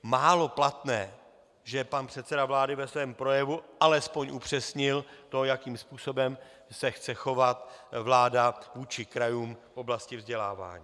málo platné, že pan předseda vlády ve svém projevu alespoň upřesnil to, jakým způsobem se chce chovat vláda vůči krajům v oblasti vzdělávání.